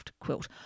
quilt